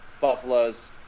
buffaloes